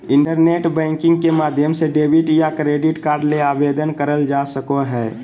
internet banking के माध्यम से डेबिट या क्रेडिट कार्ड ले आवेदन करल जा सको हय